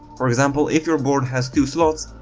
for example, if your board has two slots,